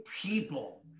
people